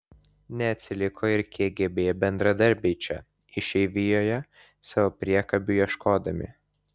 neatsiliko ir kgb bendradarbiai čia išeivijoje savo priekabių ieškodami